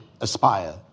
aspire